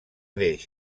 desh